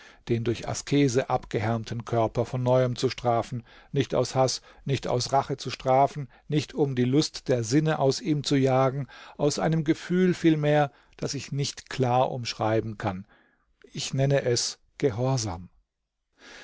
den durch askese abgehärmten körper von neuem zu strafen nicht aus haß nicht aus rache zu strafen nicht um die lust der sinne aus ihm zu jagen aus einem gefühl vielmehr das ich nicht klar umschreiben kann ich nenne es gehorsam